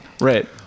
Right